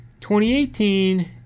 2018